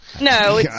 no